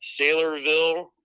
Sailorville